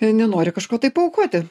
nenori kažko tai paaukoti